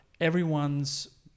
everyone's